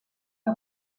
que